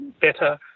better